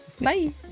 Bye